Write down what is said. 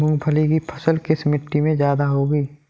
मूंगफली की फसल किस मिट्टी में ज्यादा होगी?